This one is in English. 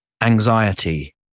Anxiety